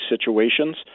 situations